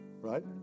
Right